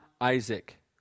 Isaac